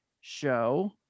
show